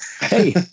hey